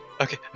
Okay